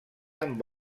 amb